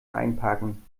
einparken